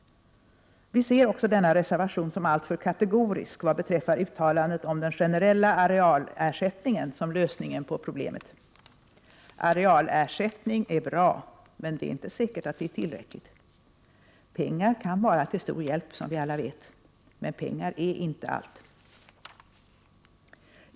Vi ser också denna reservation som alltför kategorisk vad beträffar uttalandet om den generella arealersättningen som lösningen på problemet. Arealersättningar är bra, men det är inte säkert att det är tillräckligt. Pengar kan vara till stor hjälp, som vi alla vet, men pengar är inte allt.